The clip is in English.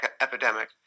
epidemic